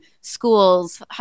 schools